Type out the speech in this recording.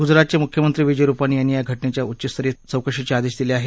गुजरातचे मुख्यमंत्री विजय रुपानी यांनी या घटनेच्या उच्चस्तरीय चौकशीचे आदेश दिले आहेत